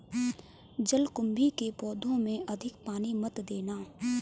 जलकुंभी के पौधों में अधिक पानी मत देना